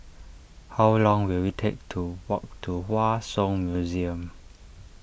how long will it take to walk to Hua Song Museum